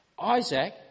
Isaac